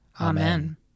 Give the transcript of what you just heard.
Amen